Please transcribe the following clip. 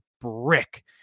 brick